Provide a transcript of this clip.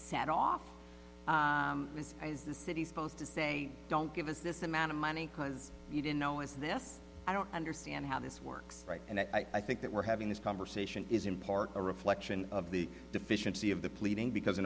set off this is the city supposed to say don't give us this amount of money because you don't know is this i don't understand how this works right and i think that we're having this conversation is in part a reflection of the deficiency of the pleading because